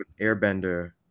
airbender